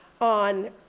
On